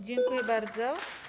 Dziękuję bardzo.